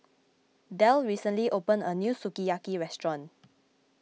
Del recently opened a new Sukiyaki restaurant